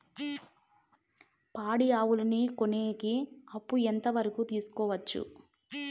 పాడి ఆవులని కొనేకి అప్పు ఎంత వరకు తీసుకోవచ్చు?